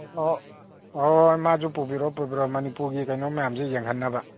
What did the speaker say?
ꯑꯣꯍꯣ ꯃꯥꯁꯨ ꯄꯨꯕꯤꯔꯛꯑꯣ ꯄꯨꯕꯤꯔꯛꯑꯣ ꯃꯅꯤꯄꯨꯔꯒꯤ ꯀꯩꯅꯣ ꯃꯌꯥꯝꯁꯤ ꯌꯦꯡꯍꯟꯅꯕ